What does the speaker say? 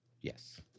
Yes